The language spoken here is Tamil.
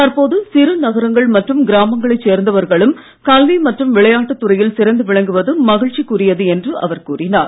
தற்போது சிறு நகரங்கள் மற்றும் கிராமங்களைச் சேர்ந்தவர்களும் கல்வி மற்றும் விளையாட்டுத் துறையில் சிறந்து விளங்குவது மகிழ்ச்சிக்கு உரியது என்று அவர் கூறினார்